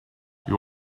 you